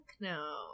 no